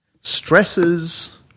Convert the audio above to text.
stresses